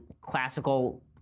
classical